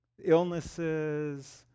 illnesses